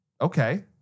Okay